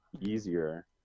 easier